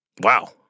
wow